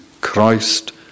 Christ